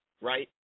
right